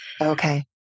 Okay